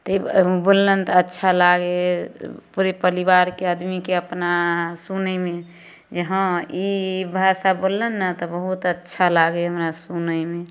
तऽ बोलेमे तऽ अच्छा लागै पूरे परिवारके आदमीके अपना सुनयमे जे हॅं ई भाषा बोललै ने तऽ बहुत अच्छा लागै हमरा सुनयमे